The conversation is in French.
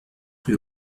rue